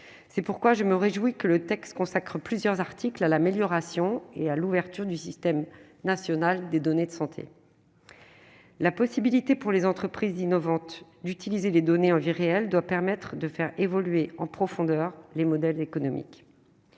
c'est pourquoi je me réjouis que le texte consacre plusieurs articles à l'amélioration et à l'ouverture du système national des données de santé : la possibilité pour les entreprises innovantes, d'utiliser les données vie réelle doit permettre de faire évoluer en profondeur les modèles économiques,